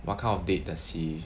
what kind of date does he